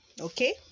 okay